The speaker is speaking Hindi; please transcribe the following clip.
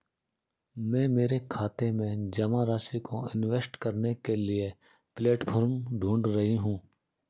मैं मेरे खाते में जमा राशि को इन्वेस्ट करने के लिए प्लेटफॉर्म ढूंढ रही हूँ